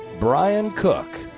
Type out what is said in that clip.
bryan cook.